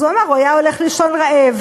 אז הוא אמר: הוא היה הולך לישון רעב.